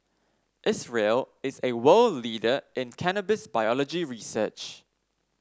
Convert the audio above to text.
Israel is a world leader in cannabis biology research